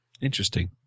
Interesting